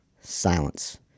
silence